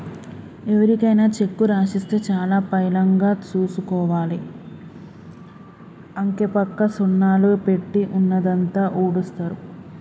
ఎవరికైనా చెక్కు రాసిస్తే చాలా పైలంగా చూసుకోవాలి, అంకెపక్క సున్నాలు పెట్టి ఉన్నదంతా ఊడుస్తరు